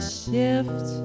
shift